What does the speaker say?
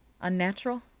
Unnatural